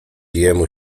jemu